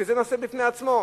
שזה נושא בפני עצמו,